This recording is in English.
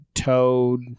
toad